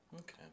Okay